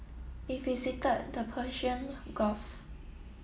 we visited the Persian Gulf